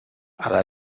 alla